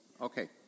Okay